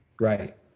Right